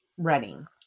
running